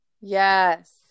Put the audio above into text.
Yes